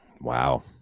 Wow